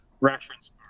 reference